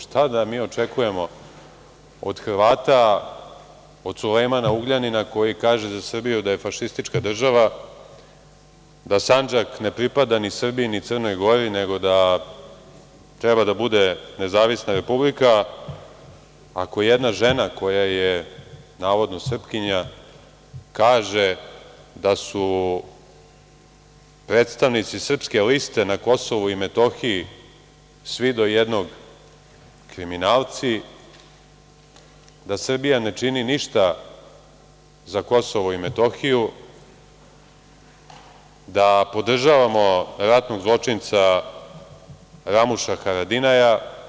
Šta da mi očekujemo od Hrvata, od Sulejmana Ugljanina koji kaže za Srbiju da je fašistička država, da Sandžak ne pripada ni Srbiji, ni Crnoj Gori, nego da treba da bude nezavisna republika, ako jedna žena koja je, navodno, srpkinja kaže da su predstavnici Srpske liste na KiM svi do jednog kriminalci, da Srbija ne čini ništa za KiM, da podržavamo ratnog zločinca Ramuša Haradinaja.